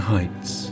Heights